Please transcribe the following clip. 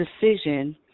decision